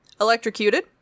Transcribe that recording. Electrocuted